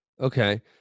Okay